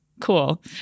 cool